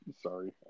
Sorry